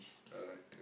alright cool